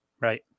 Right